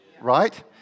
right